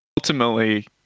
Ultimately